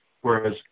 whereas